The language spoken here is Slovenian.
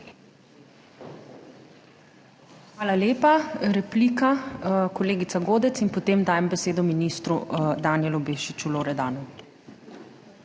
Hvala lepa. Replika kolegica Godec in potem dajem besedo ministru Danijelu Bešiču Loredanu.